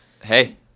Hey